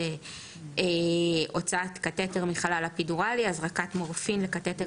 זה הוצאת קטטר מחלל אפידורלי; הזרקת מורפין לקטטר